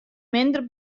minder